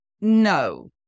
No